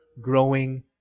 growing